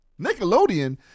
Nickelodeon